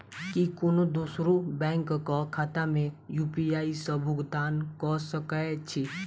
की कोनो दोसरो बैंक कऽ खाता मे यु.पी.आई सऽ भुगतान कऽ सकय छी?